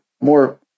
more